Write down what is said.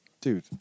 dude